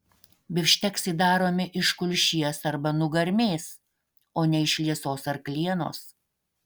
bifšteksai daromi iš kulšies arba nugarmės o ne iš liesos arklienos